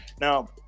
Now